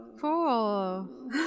Cool